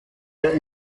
der